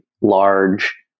large